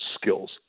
skills